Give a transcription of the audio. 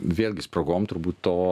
vėlgi spragom turbūt to